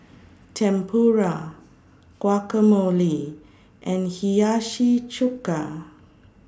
Tempura Guacamole and Hiyashi Chuka